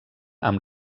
amb